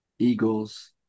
Eagles